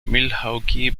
milwaukee